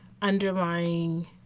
underlying